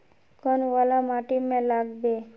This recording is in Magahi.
कौन वाला माटी में लागबे?